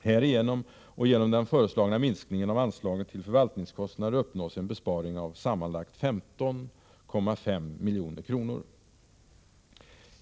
Härigenom och genom den föreslagna minskningen av anslaget till förvaltningskostnader uppnås en besparing av sammanlagt 15,5 milj.kr.